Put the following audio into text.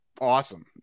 awesome